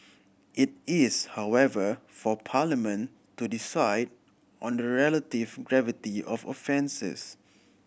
it is however for Parliament to decide on the relative gravity of offences